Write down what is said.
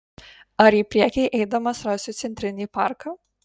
ar į priekį eidamas rasiu centrinį parką